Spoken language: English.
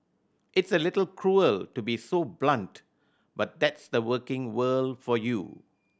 it's a little cruel to be so blunt but that's the working world for you